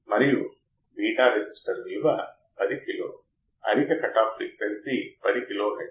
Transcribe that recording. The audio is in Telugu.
మరియు అవుట్పుట్ ఇన్పుట్ వోల్టేజ్ Vin విలువను నిరోధించే వరకు లోడ్ రెసిస్టర్ ద్వారా లోడ్ కరెంట్ ను opamp డ్రైవ్ చేస్తుంది